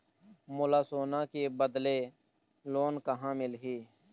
मोला सोना के बदले लोन कहां मिलही?